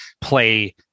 play